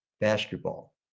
basketball